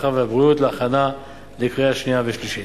הרווחה והבריאות להכנה לקריאה שנייה ושלישית.